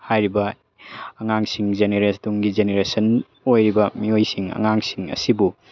ꯍꯥꯏꯔꯤꯕ ꯑꯉꯥꯡꯁꯤꯡ ꯇꯨꯡꯒꯤ ꯖꯦꯅꯦꯔꯦꯁꯟ ꯑꯣꯏꯔꯤꯕ ꯃꯤꯑꯣꯏꯁꯤꯡ ꯑꯉꯥꯡꯁꯤꯡ ꯑꯁꯤꯕꯨ